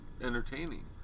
entertaining